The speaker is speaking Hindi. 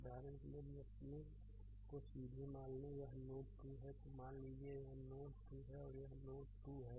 उदाहरण के लिए यदि अपनी को सीधे मान लें कि यह नोड 2 है तो मान लीजिए कि यह नोड 2 है और यह नोड 2 है